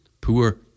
poor